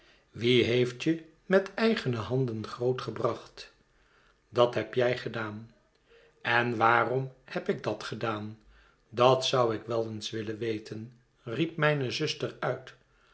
wie heeft je met eigene handen groot gebracht dat heb jij gedaan en waarom heb ik dat gedaan dat zou ik wel eens wiilen weten riep mijne zuster uit